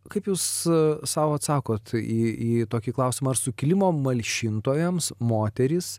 kaip jūs sau atsakot į į tokį klausimą ar sukilimo malšintojams moterys